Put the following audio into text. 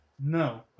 No